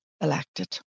elected